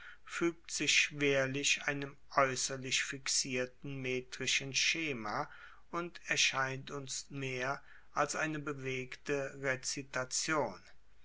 fuegt sich schwerlich einem aeusserlich fixierten metrischen schema und erscheint uns mehr als eine bewegte rezitation